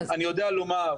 אני יודע לומר,